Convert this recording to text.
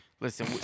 Listen